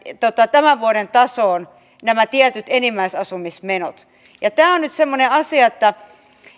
tämän vuoden tasoon nämä tietyt enimmäisasumismenot tämä on nyt semmoinen asia että